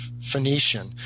Phoenician